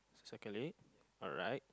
circle it alright